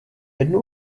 jednu